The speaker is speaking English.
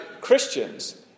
Christians